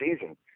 season